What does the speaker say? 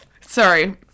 sorry